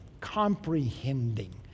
comprehending